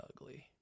ugly